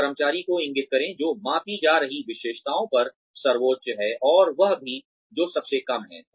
उस कर्मचारी को इंगित करें जो मापी जा रही विशेषता पर सर्वोच्च है और वह भी जो सबसे कम है